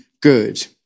good